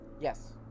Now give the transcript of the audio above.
yes